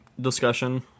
discussion